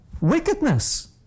Wickedness